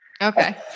Okay